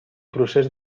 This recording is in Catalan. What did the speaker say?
procés